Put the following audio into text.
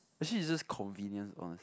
actually is just convenience honestly